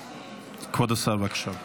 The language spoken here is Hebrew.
כבוד השר, בבקשה.